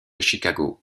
chicago